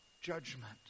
judgment